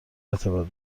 ارتباط